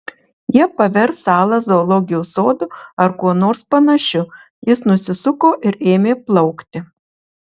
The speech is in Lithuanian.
jie pavers salą zoologijos sodu ar kuo nors panašiu jis nusisuko ir ėmė plaukti